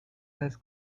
has